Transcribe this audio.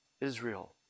Israel